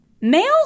male